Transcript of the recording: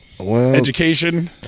Education